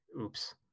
Oops